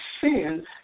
sin